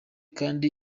kandi